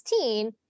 16